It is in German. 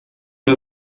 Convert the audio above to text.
der